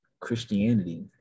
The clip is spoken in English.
Christianity